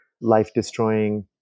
life-destroying